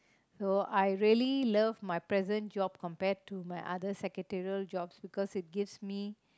so I really love my present job compared to my other secretarial jobs because it gives me